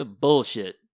Bullshit